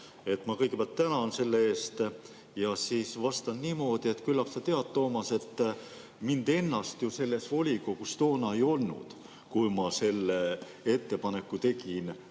Ma kõigepealt tänan selle eest ja vastan niimoodi: küllap sa tead, Toomas, et mind ennast selles volikogus ju toona ei olnud, kui ma selle ettepaneku tegin